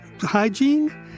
hygiene